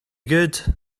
good